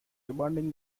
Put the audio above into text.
demanding